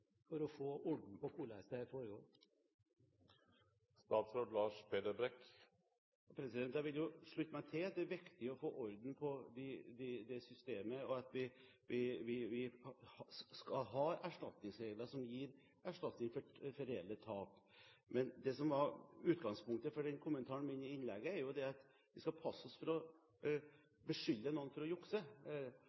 for å få orden på hvordan dette foregår? Jeg vil slutte meg til at det er viktig å få orden på det systemet, og at vi skal ha erstatningsregler som gir erstatning for reelle tap. Men det som var utgangspunktet for kommentaren min i innlegget, er at vi skal passe oss for å beskylde noen for å jukse.